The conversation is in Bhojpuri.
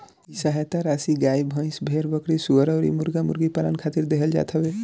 इ सहायता राशी गाई, भईस, भेड़, बकरी, सूअर अउरी मुर्गा मुर्गी पालन खातिर देहल जात हवे